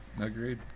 agreed